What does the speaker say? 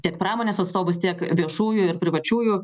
tiek pramonės atstovus tiek viešųjų ir privačiųjų